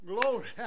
glory